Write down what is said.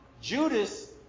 Judas